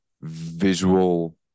visual